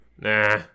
Nah